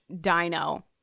Dino